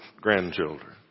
grandchildren